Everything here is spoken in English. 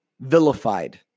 vilified